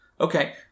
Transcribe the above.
Okay